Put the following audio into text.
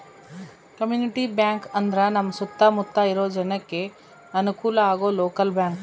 community bank ಅಂದ್ರ ನಮ್ ಸುತ್ತ ಮುತ್ತ ಇರೋ ಜನಕ್ಕೆ ಅನುಕಲ ಆಗೋ ಲೋಕಲ್ ಬ್ಯಾಂಕ್